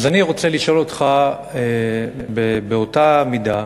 אני רוצה לשאול אותך באותה מידה: